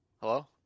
Hello